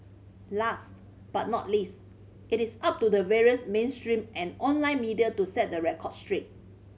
last but not least it is up to the various mainstream and online media to set the record straight